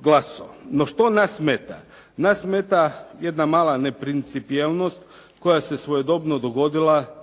glasovao. No, što nas smeta? Nas smeta jedna mala neprincipijelnost koja se svojedobno dogodila